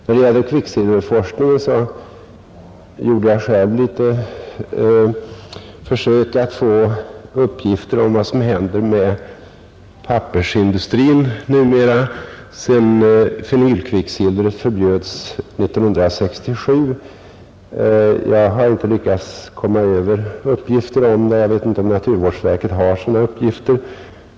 Beträffande kvicksilverforskningen gjorde jag själv vissa försök att få uppgifter om vad som händer med pappersindustrin numera, sedan fenylkvicksilvret förbjöds 1967. Jag har inte lyckats komma över uppgifter om det. Jag vet inte om naturvårdsverket har sådana uppgifter.